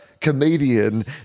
comedian